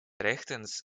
rechtens